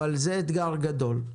אבל זה אתגר גדול.